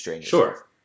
Sure